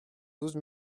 douze